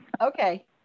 okay